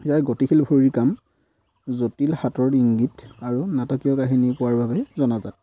ইয়াৰ গতিশীল ভৰিৰ কাম জটিল হাতৰ ইংগিত আৰু নাটকীয় কাহিনী পোৱাৰ বাবে জনাজাত